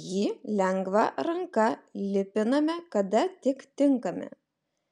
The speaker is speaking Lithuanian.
jį lengva ranka lipiname kada tik tinkami